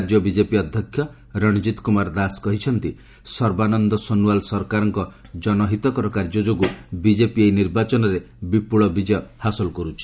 ରାଜ୍ୟ ବିଜେପି ଅଧ୍ୟକ୍ଷ ରଣଜିତ୍ କୁମାର ଦାସ କହିଛନ୍ତି ସର୍ବାନନ୍ଦ ସୋନୱାଲ ସରକାରଙ୍କ କନହିତକର କାର୍ଯ୍ୟ ଯୋଗୁଁ ବିଜେପି ଏହି ନିର୍ବାଚନରେ ବିପୁଳ ବିଜୟ ହାସଲ କରୁଛି